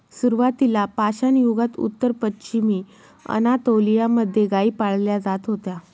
सुरुवातीला पाषाणयुगात उत्तर पश्चिमी अनातोलिया मध्ये गाई पाळल्या जात होत्या